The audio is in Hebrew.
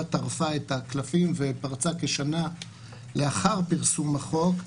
טרפה את הקלפים ופרצה כשנה לאחר פרסום החוק.